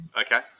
Okay